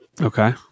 Okay